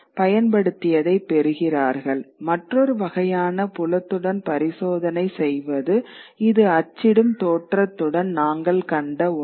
பயன்படுத்தியதை பெறுகிறார்கள் மற்றொரு வகையான புலத்துடன் பரிசோதனை செய்வது இது அச்சிடும் தோற்றத்துடன் நாங்கள் கண்ட ஒன்று